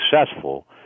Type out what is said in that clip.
successful